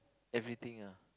everything lah